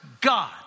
god